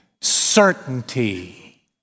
certainty